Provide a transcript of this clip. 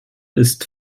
ist